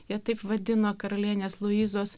jie taip vadino karalienės luizos